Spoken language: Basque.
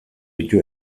ditu